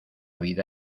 vida